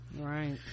right